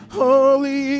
Holy